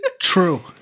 True